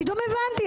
פתאום הבנתי,